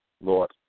Lord